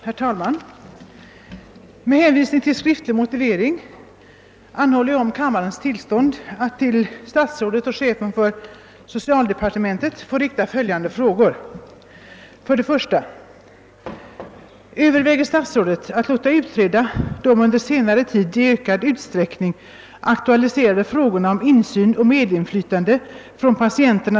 Herr talman! Parkeringsfrågan har avgörande betydelse för de handikappade bilisternas förutsättningar att fungera i samhället. Lättnader i parkeringsregleringen uppvisar för närvarande betydande skillnader, beroende på vilken hemort den handikappade har. Han eller hon är hänvisad till att konkurrera med övriga bilägare för att finna parkeringsplats för sitt fordon. En dylik ordning försvårar självfallet samhällets arbetsvårdande ansträngningar och den handikappades strävan till normalisering.